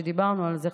דיברנו על זה,